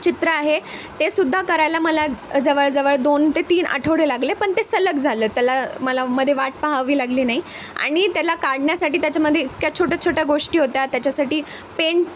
चित्र आहे तेसुद्धा करायला मला जवळजवळ दोन ते तीन आठवडे लागले पण ते सलग झालं त्याला मला मध्ये वाट पहावी लागली नाही आणि त्याला काढण्यासाठी त्याच्यामध्ये इतक्या छोट्या छोट्या गोष्टी होत्या त्याच्यासाठी पेंट